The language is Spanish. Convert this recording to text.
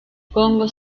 congo